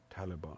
Taliban